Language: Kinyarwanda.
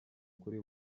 kuri